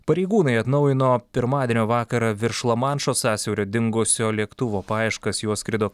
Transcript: pareigūnai atnaujino pirmadienio vakarą virš lamanšo sąsiaurio dingusio lėktuvo paieškas juo skrido